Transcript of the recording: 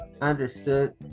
understood